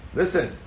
listen